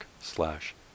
slash